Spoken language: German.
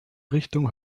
richtung